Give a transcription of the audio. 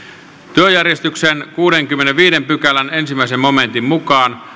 työjärjestyksen kuudennenkymmenennenviidennen pykälän ensimmäisen momentin mukaan